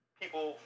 people